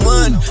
one